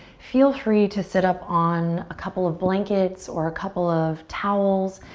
feel free to sit up on a couple of blankets or a couple of towels,